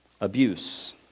abuse